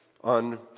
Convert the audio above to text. on